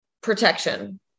protection